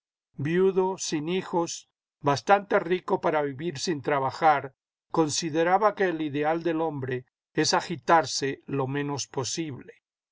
viudo sin hijos bastante rico para vivir sin trabajar consideraba que el ideal del hombre es agitarse lo menos posible